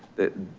that